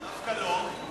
דווקא לא.